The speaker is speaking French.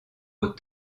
aux